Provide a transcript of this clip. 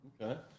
Okay